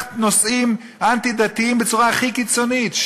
נושאים אנטי-דתיים בצורה הכי קיצונית.